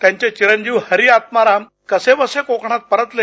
त्यांचे चिरंजीव हरी आत्माराम कसेबसे कोकणात परतले